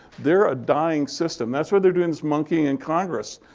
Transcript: they're a dying system. that's what they're doing this monkey in congress,